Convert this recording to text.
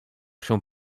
się